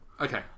Okay